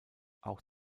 auch